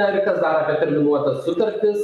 na ir kas dar apie terminuotas sutartis